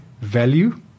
value